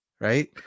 Right